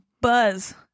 buzz